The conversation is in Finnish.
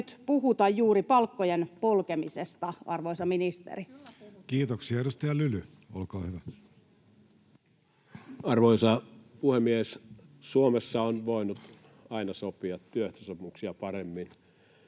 nyt puhuta juuri palkkojen polkemisesta, arvoisa ministeri? [Vasemmalta: Kyllä puhutaan!] Kiitoksia. — Edustaja Lyly, olkaa hyvä. Arvoisa puhemies! Suomessa on voinut aina sopia työehtosopimuksia paremmin.